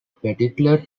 particular